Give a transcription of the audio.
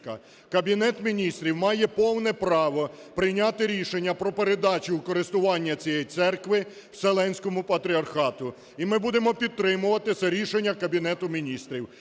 Кабінет Міністрів має повне право прийняти рішення про передачу в користування цієї церкви Вселенському патріархату. І ми будемо підтримувати це рішення Кабінету Міністрів.